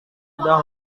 mudah